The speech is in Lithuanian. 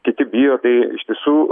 kiti bijo tai iš tiesų